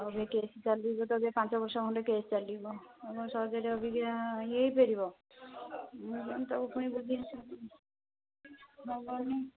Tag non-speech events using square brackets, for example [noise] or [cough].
ଏବେ [unintelligible] ଚାଲିଛି ଯେ ପାଞ୍ଚ ବର୍ଷ ଖଣ୍ଡେ କେସ୍ ଚାଲିବ ଆଉ କ'ଣ ସହଜେ ଅବିକା ଇୟେ ହୋଇପାରିବ ହଁ ତାକୁ ପୁଣି ବୁଝିଛନ୍ତି ହେବନି